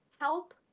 help